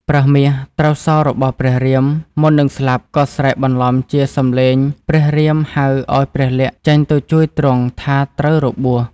ប្រើសមាសត្រូវសររបស់ព្រះ រាម មុននឹងស្លាប់ក៏ស្រែកបន្លំជាសំឡេងព្រះរាមហៅឱ្យព្រះលក្សណ៍ចេញទៅជួយទ្រង់ថាត្រូវរបួស។